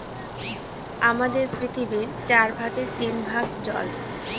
আমাদের পৃথিবীর চার ভাগের তিন ভাগ জল